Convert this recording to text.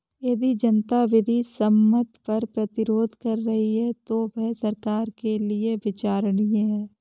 यदि जनता विधि सम्मत कर प्रतिरोध कर रही है तो वह सरकार के लिये विचारणीय है